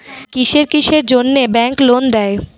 কিসের কিসের জন্যে ব্যাংক লোন দেয়?